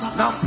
now